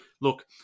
look